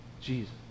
Jesus